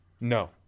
no